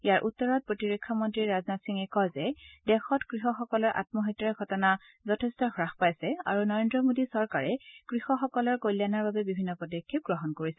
ইয়াৰ উত্তৰত প্ৰতিৰক্ষা মন্ত্ৰী ৰাজনাথ সিঙে কয় যে দেশত কৃষকসকলৰ আম্মহত্যাৰ ঘটনা যথেষ্ট হ্ৰাস পাইছে আৰু নৰেন্দ্ৰ মোদী চৰকাৰে কৃষকসকলৰ কল্যাণৰ বাবে বিভিন্ন পদক্ষেপ গ্ৰহণ কৰিছে